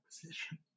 position